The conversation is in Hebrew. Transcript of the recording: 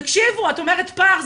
את אומרת, פער.